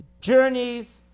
Journeys